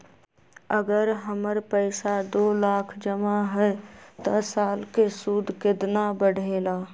अगर हमर पैसा दो लाख जमा है त साल के सूद केतना बढेला?